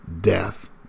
death